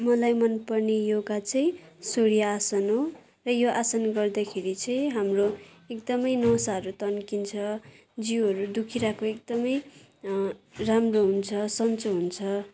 मलाई मनपर्ने योगा चाहिँ सूर्य आसन हो र यो आसन गर्दाखेरि चाहिँ हाम्रो एकदमै नसाहरू तन्किन्छ जिउहरू दुखिरहेको एकदमै राम्रो हुन्छ सन्चो हुन्छ